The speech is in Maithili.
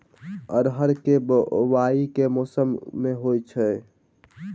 अरहर केँ बोवायी केँ मौसम मे होइ छैय?